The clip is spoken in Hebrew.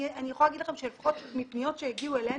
אני יכולה להגיד לכם שלפחות מפניות שהגיעו אלינו,